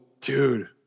dude